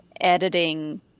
editing